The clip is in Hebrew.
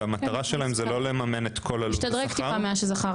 ומטרתן לא לממן את כל השכר,